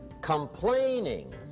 Complaining